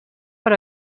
per